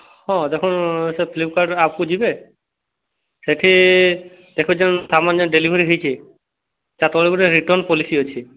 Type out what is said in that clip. ହଁ ଦେଖନ୍ତୁ ସେ ଫ୍ଲିପକାର୍ଟର ଆପ୍କୁ ଯିବେ ସେଠି ଦେଖନ୍ତୁ ଯେଉଁ ସାମାନ ଡେଲିଭରି ହୋଇଛି ତା ତଳେ ଗୋଟେ ରିଟର୍ନ ପଲିସି ଅଛି